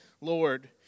Lord